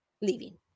leaving